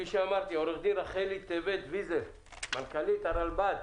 עו"ד רחלי טבת ויזל מנכ"לית הרלב"ד,